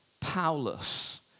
Paulus